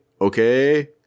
Okay